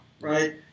right